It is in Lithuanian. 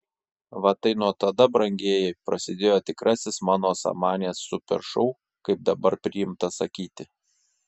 va tai nuo tada brangieji prasidėjo tikrasis mano samanės super šou kaip dabar priimta sakyti